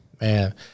Man